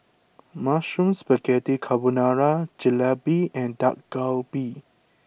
Mushroom Spaghetti Carbonara Jalebi and Dak Galbi